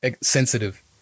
sensitive